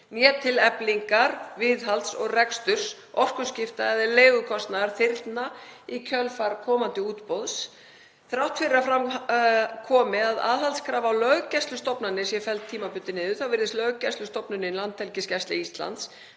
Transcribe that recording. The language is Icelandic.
né til eflingar viðhalds og reksturs, orkuskipta eða leigukostnaðar þyrlna í kjölfar komandi útboðs. Þrátt fyrir að fram komi að aðhaldskrafa á löggæslustofnanir sé felld tímabundið niður þá virðist löggæslustofnunin Landhelgisgæsla Íslands